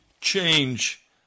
change